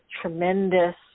tremendous